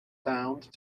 found